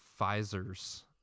Pfizer's